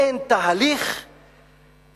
באין תהליך,